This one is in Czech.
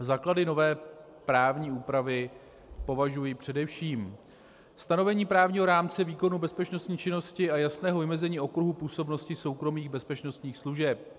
Za základy nové právní úpravy považuji především stanovení právního rámce výkonu bezpečnostní činnosti a jasného vymezení okruhu působnosti soukromých bezpečnostních služeb.